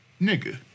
Nigga